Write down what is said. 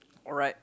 alright